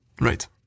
Right